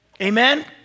Amen